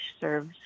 serves